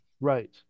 Right